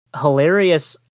hilarious